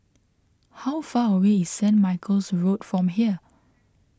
how far away is Saint Michael's Road from here